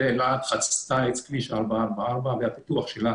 העיר אלעד חצתה את כביש 444 והפיתוח שלה